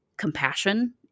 compassion